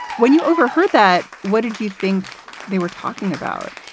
when you overheard that, what did you think they were talking about?